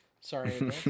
Sorry